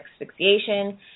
asphyxiation